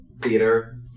theater